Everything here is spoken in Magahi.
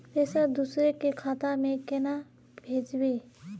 पैसा दूसरे के खाता में केना भेजबे?